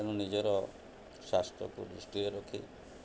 ତେଣୁ ନିଜର ସ୍ୱାସ୍ଥ୍ୟକୁ ଦୃଷ୍ଟିରେ ରଖେ